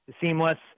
seamless